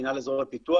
מינהל אזורי פיתוח,